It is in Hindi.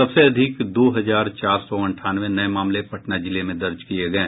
सबसे अधिक दो हजार चार सौ अंठानवे नये मामले पटना जिले में दर्ज किये गये